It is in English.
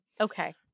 Okay